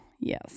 Yes